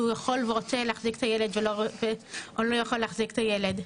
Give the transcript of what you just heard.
שהוא יכול ורוצה להחזיק את הילד או לא יכול להחזיק את הילד.